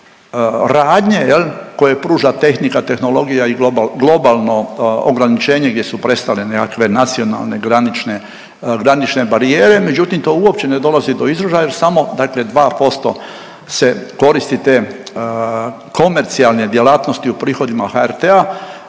je li, koje pruža tehnika, tehnologija i globalno ograničenje gdje su prestale nekakve nacionalne granične barijere, međutim, to uopće ne dolazi do izražaja jer samo dakle 2% se koristi te komercijalne djelatnosti u prihodima HRT-a